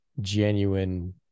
genuine